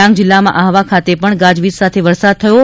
ડાંગ જિલ્લામાં આહવા ખાતે પણ ગાજવીજ સાથે વરસાદ થયો છે